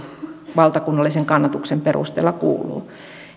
valtakunnallisen kannatuksen perusteella kuuluu